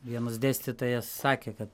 vienas dėstytojas sakė kad